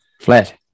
flat